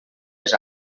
les